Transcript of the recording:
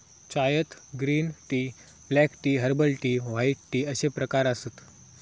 चायत green tea, black tea, herbal tea, white tea अश्ये प्रकार आसत